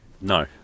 No